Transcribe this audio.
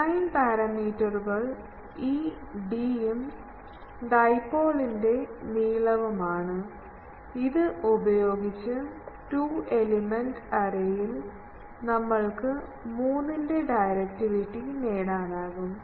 design പാരാമീറ്ററുകൾ ഈ d ഉം ഡൈപോളി ന്റെ നീളവും ആണ് ഇത് ഉപയോഗിച്ച് ടു എലിമെൻറ് എറേയിൽ നമ്മൾക്ക് 3 ന്റെ ഡയറക്റ്റിവിറ്റി നേടാനാകും